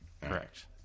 Correct